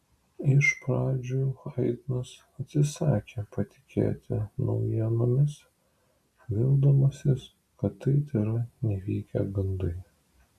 iš pradžių haidnas atsisakė patikėti naujienomis vildamasis kad tai tėra nevykę gandai